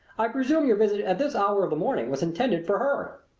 i presume your visit at this hour of the morning was intended for her.